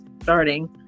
starting